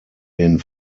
den